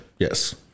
Yes